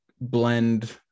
blend